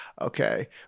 Okay